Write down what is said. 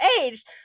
age